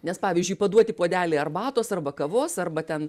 nes pavyzdžiui paduoti puodelį arbatos arba kavos arba ten